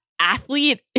athlete